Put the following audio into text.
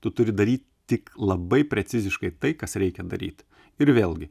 tu turi daryt tik labai preciziškai tai kas reikia daryt ir vėlgi